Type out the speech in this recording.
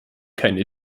keine